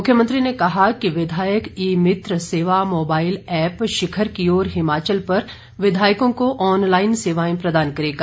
मुख्यमंत्री ने कहा कि विधायक ई मित्र सेवा मोबाईल एप्प शिखर की ओर हिमाचल पर विधायकों को ऑनलाईन सेवाएं प्रदान करेगा